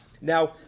Now